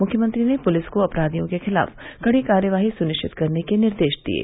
मुख्यमंत्री ने पुलिस को अपराधियों के खिलाफ कड़ी कार्रवाई सुनिश्चित करने के निर्देश दिये